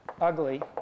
ugly